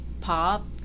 pop